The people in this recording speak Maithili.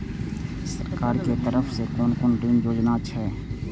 सरकार के तरफ से कोन कोन ऋण योजना छै?